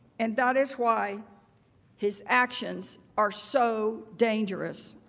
and that is why his actions are so dangerous.